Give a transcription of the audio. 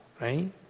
right